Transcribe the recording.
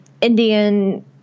indian